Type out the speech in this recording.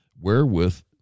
wherewith